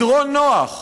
מדרון נוח,